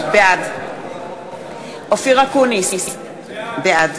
לממשלה בהסכם הקואליציוני של הבית היהודי,